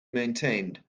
maintained